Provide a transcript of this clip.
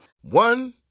One